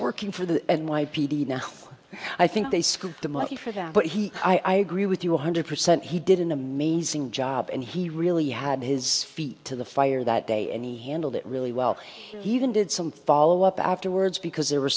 working for the n y p d now i think they scoop the money for them but he i agree with you one hundred percent he did an amazing job and he really had his feet to the fire that day and he handled it really well he even did some follow up afterwards because there were